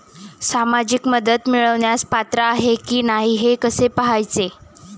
सामाजिक मदत मिळवण्यास पात्र आहे की नाही हे कसे पाहायचे?